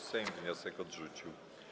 Sejm wniosek odrzucił.